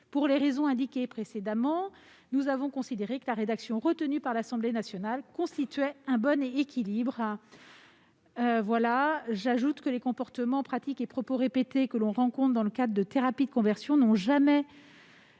Pour les raisons précédemment indiquées, nous avons considéré que la rédaction retenue par l'Assemblée nationale constituait un bon équilibre. J'ajoute que les comportements, pratiques et propos répétés que l'on rencontre dans le cadre de thérapies de conversion n'ont jamais